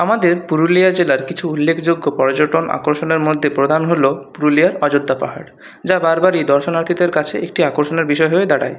আমাদের পুরুলিয়া জেলার কিছু উল্লেখযোগ্য পর্যটন আকর্ষণের মধ্যে প্রধান হলো পুরুলিয়ার অযোধ্যা পাহাড় যা বারবারই দর্শনাথীদের কাছে একটি আকর্ষণের বিষয় হয়ে দাড়ায়